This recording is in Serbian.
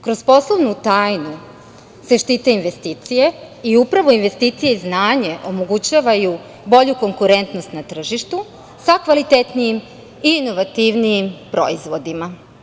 Kroz poslovnu tajnu se štite investicije i upravo investicije i znanje omogućavaju bolju konkurentnost na tržištu sa kvalitetnijim i inovativnijim proizvodima.